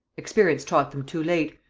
experience taught them too late,